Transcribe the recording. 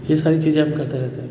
यह सारी चीज़ें हम करते रहते हैं